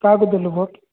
କାହାକୁ ଦେଲୁ ଭୋଟ୍